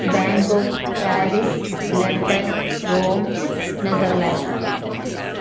Bangkok Paris London Rome Netherlands